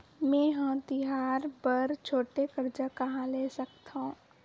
मेंहा तिहार बर छोटे कर्जा कहाँ ले सकथव?